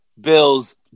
Bill's